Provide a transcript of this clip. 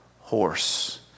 horse